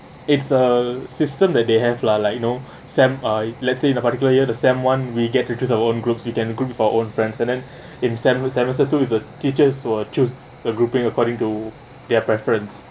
it's a system that they have lah like you know sem~ uh let's say in a particular year the sem~ one we get to choose our own group we can group with our own friends and then in sem~ semester two is the teachers will choose the grouping according to their preference